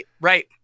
right